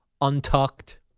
untucked